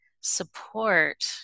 support